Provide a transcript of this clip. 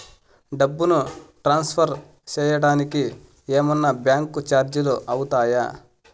డబ్బును ట్రాన్స్ఫర్ సేయడానికి ఏమన్నా బ్యాంకు చార్జీలు అవుతాయా?